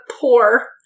poor